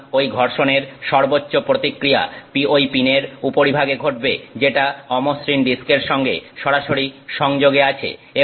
সুতরাং ঐ ঘর্ষণের সর্বোচ্চ প্রতিক্রিয়া ঐ পিনের উপরিভাগে ঘটবে যেটা অমসৃণ ডিস্কের সঙ্গে সরাসরি সংযোগে আছে